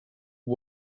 who